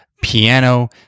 piano